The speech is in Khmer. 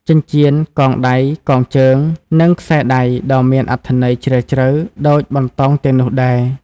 ចិញ្ចៀន កងដៃ កងជើង និងខ្សែដៃក៏មានអត្ថន័យជ្រាលជ្រៅដូចបន្តោងទាំងនោះដែរ។